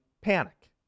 panic